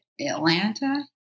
Atlanta